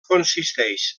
consisteix